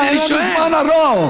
אין לנו זמן ארוך.